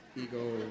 ego